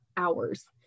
hours